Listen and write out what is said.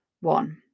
One